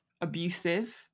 abusive